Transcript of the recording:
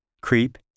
Creep